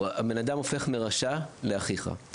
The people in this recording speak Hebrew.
הבן אדם הופך מרשע לאחיך.